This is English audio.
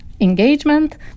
engagement